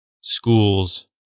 schools